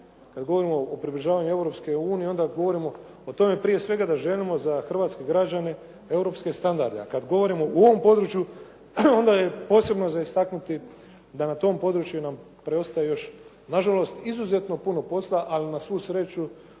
Kad govorimo o približavanju Europskoj uniji, onda govorimo o tome prije svega da želimo za hrvatske građane europske standarde. A kad govorimo u ovoj području, onda je posebno za istaknuti da na tom području nam preostaje još nažalost izuzetno puno posla, ali na svu sreću